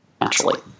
naturally